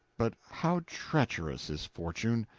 but how treacherous is fortune!